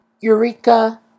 Eureka